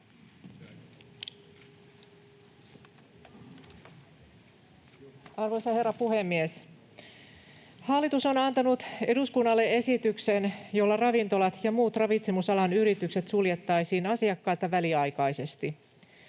Arvoisa herra puhemies! Hallitus on antanut eduskunnalle esityksen, jolla ravintolat ja muut ravitsemusalan yritykset suljettaisiin asiakkailta väliaikaisesti.